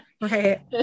Right